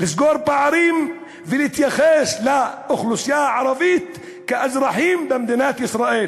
לסגור פערים ולהתייחס לאוכלוסייה הערבית כאל אזרחים במדינת ישראל.